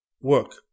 work